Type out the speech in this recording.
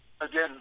again